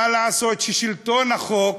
מה לעשות ששלטון החוק